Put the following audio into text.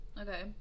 Okay